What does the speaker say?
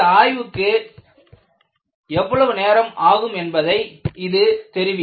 ஆய்வுக்கு எவ்வளவு நேரம் ஆகும் என்பதை இது தெரிவிக்கும்